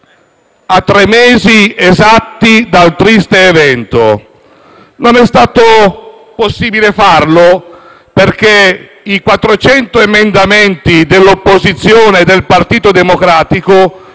a tre mesi esatti dal triste evento; non è stato possibile farlo, perché i 400 emendamenti dell'opposizione del Partito Democratico